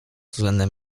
względem